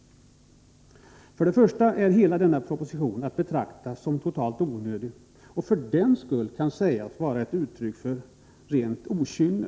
Först och främst är hela denna proposition att betrakta som totalt onödig, och för den skull kan den sägas vara framlagd i rent okynne.